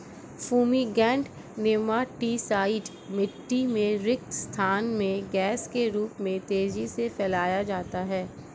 fumigant nematicide मिटटी में रिक्त स्थान में गैस के रूप में तेजी से फैलाया जाता है